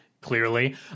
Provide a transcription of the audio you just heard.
clearly